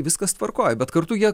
viskas tvarkoj bet kartu jie